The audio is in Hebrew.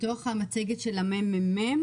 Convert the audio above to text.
שהוצג קודם על ידי הממ"מ